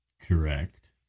correct